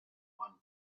one